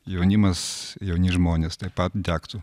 jaunimas jauni žmonės taip pat degtų